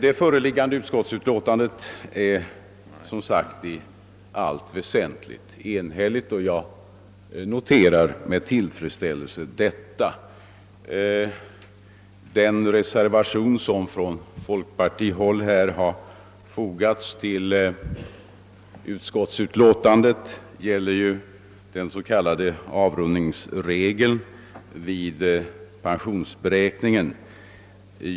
Det föreliggande utskottsutlåtandet är som sagt i allt väsentligt enhälligt, och jag noterar detta med tillfredsställelse. Den reservation som från folkpartihåll har fogats till utskottsutlåtandet gäller den så kallade avrundningsregeln vid pensionsberäkningen.